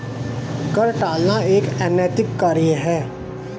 कर टालना एक अनैतिक कार्य है